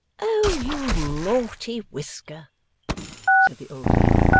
oh you naughty whisker said the old lady.